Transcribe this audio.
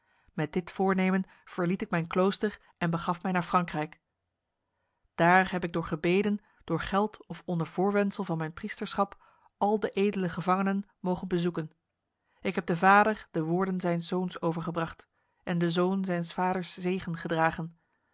met dit voornemen verliet ik mijn klooster en begaf mij naar frankrijk daar heb ik door gebeden door geld of onder voorwendsel van mijn priesterschap al de edele gevangenen mogen bezoeken ik heb de vader de woorden zijns zoons overgebracht en de zoon zijns vaders zegen gedragen